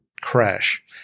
crash